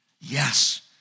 Yes